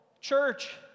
church